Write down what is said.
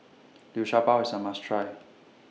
Liu Sha Bao IS A must Try